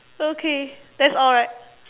okay that's all right